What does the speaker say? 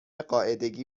قاعدگی